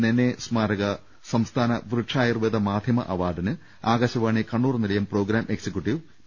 നെനെ സ്മാരക സംസ്ഥാന വൃക്ഷായുർവ്വേദ മാധ്യമ അവാർഡിന് ആകാശവാണി കണ്ണൂർ നിലയം പ്രോഗ്രാം എക്സിക്യൂട്ടീവ് പി